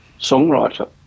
songwriter